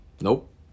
Nope